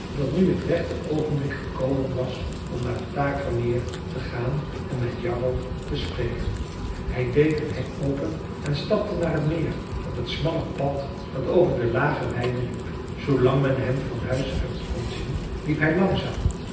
dat nu het rechte oogenblik gekomen was om naar het takermeer te gaan en met jarro te spreken hij deed een hek open en stapte naar het meer op het smalle pad dat over de lage weiden liep zoolang men hem van huis uit kon zien liep hij langzaam